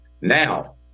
Now